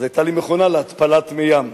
ואז היתה לי מכונה להתפלת מי ים.